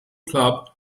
club